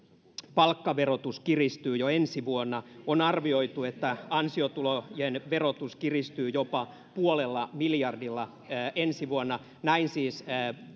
palkkaverotus kiristyy jo ensi vuonna on arvioitu että ansiotulojen verotus kiristyy jopa puolella miljardilla ensi vuonna näin siis